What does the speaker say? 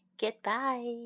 goodbye